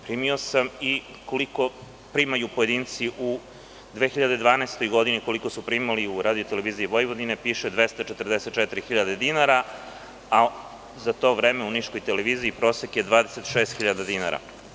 Primio sam i koliko primaju pojedinci u 2012. godini, koliko su primali u RTV, piše – 244 hiljade dinara, a za to vreme u Niškoj televiziji prosek je 26 hiljada dinara.